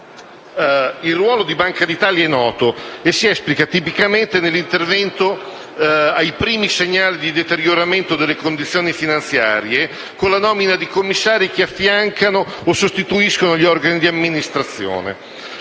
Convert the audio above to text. Il ruolo della Banca d'Italia è noto e si esplica tipicamente nell'intervento ai primi segnali di deterioramento delle condizioni finanziarie, con la nomina di commissari che affiancano o sostituiscono gli organi di amministrazione.